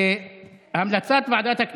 יושב-ראש הישיבה, הינני מתכבדת להודיעכם,